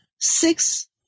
six